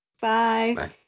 Bye